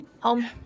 Home